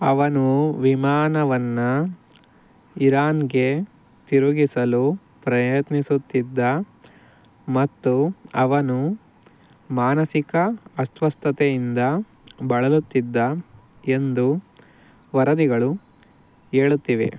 ಅವನು ವಿಮಾನವನ್ನು ಇರಾನ್ಗೆ ತಿರುಗಿಸಲು ಪ್ರಯತ್ನಿಸುತ್ತಿದ್ದ ಮತ್ತು ಅವನು ಮಾನಸಿಕ ಅಸ್ವಸ್ಥತೆಯಿಂದ ಬಳಲುತ್ತಿದ್ದ ಎಂದು ವರದಿಗಳು ಹೇಳುತ್ತಿವೆ